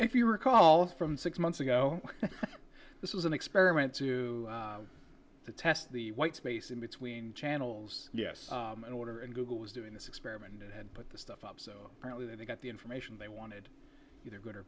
if you recall from six months ago this was an experiment to test the white space in between channels in order and google was doing this experiment and put the stuff up so apparently they got the information they wanted either good or